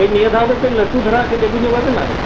ᱠᱟᱹᱡ ᱱᱤᱭᱟᱹ ᱫᱷᱟᱣ ᱫᱚ ᱠᱟᱹᱡ ᱞᱟᱹᱴᱩ ᱫᱷᱟᱨᱟᱜᱼᱟ ᱠᱟᱹᱡ ᱟᱹᱜᱩ ᱧᱚᱜᱼᱟ ᱵᱤᱱ ᱟᱨ